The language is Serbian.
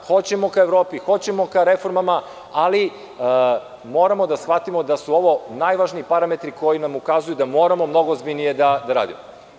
Hoćemo ka Evropi, hoćemo da reformama, ali moramo da shvatimo da su ovo najvažniji parametri koji nam ukazuju da moramo mnogo ozbiljnije da radimo.